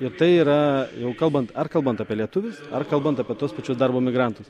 ir tai yra kalbant ar kalbant apie lietuvius ar kalbant apie tuos pačius darbo migrantus